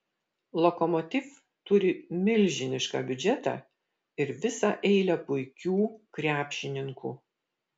lokomotiv turi milžinišką biudžetą ir visą eilę puikių krepšininkų